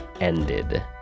ended